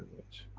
much.